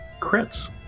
crits